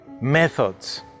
methods